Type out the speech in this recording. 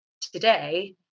today